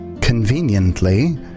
Conveniently